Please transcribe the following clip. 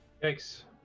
Thanks